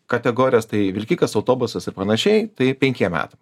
kategorijas tai vilkikas autobusas ir panašiai tai penkiem metam